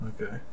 Okay